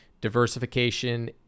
diversification